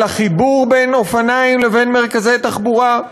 על החיבור בין אופניים לבין מרכזי תחבורה.